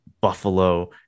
Buffalo